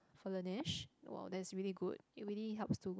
for Laneige !wow! that's really good it really helps to